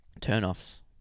Turn-offs